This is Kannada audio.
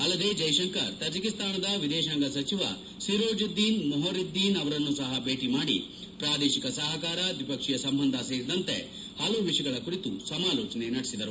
ಅಲ್ಲದೆ ಜ್ವೆಶಂಕರ್ ತಜಕೀಸ್ತಾನದ ವಿದೇಶಾಂಗ ಸಚಿವ ಸಿರೋಜಿದ್ದೀನ್ ಮೊಹರಿದ್ದೀನ್ ಅವರನ್ನೂ ಸಹ ಭೇಟಿ ಮಾಡಿ ಪ್ರಾದೇಶಿಕ ಸಹಕಾರ ದ್ವಿಪಕ್ಷೀಯ ಸಂಬಂಧ ಸೇರಿ ಹಲವು ವಿಷಯಗಳ ಕುರಿತು ಸಮಾಲೋಚನೆ ನಡೆಸಿದರು